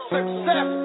Success